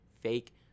fake